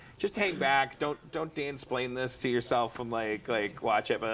just hang back. don't don't dansplain this to yourself, and like like watch it. but